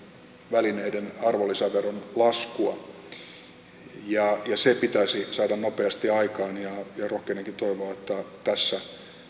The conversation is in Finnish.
välineiden arvonlisäveron laskua se pitäisi saada nopeasti aikaan ja rohkenenkin toivoa että tässä